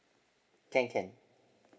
can can